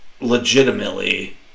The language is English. legitimately